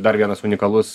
dar vienas unikalus